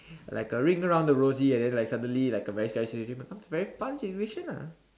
like a ring around the Rosie and then like suddenly like a very scary situation becomes a very fun situation lah